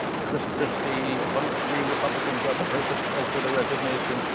chris christie, a bunch, three republican governors have called for the resignation.